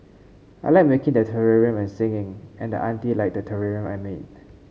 I like making the terrarium and singing and auntie liked the terrarium I made